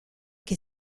che